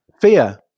fear